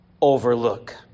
overlook